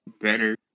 Better